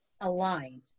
aligned